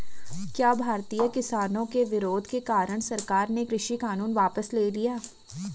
क्या भारतीय किसानों के विरोध के कारण सरकार ने कृषि कानून वापस ले लिया?